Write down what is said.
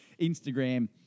Instagram